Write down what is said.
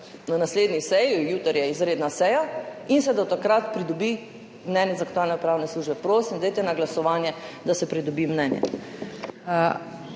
na naslednji seji, jutri je izredna seja, in se do takrat pridobi mnenje Zakonodajno-pravne službe. Prosim, dajte na glasovanje, da se pridobi mnenje.